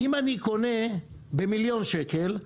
אם אני קונה במיליון שקל,